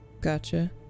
Gotcha